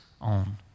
own